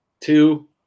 Two